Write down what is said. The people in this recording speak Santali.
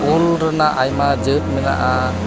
ᱩᱞ ᱨᱮᱱᱟᱜ ᱟᱭᱢᱟ ᱡᱟᱹᱛ ᱢᱮᱱᱟᱜᱼᱟ